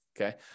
okay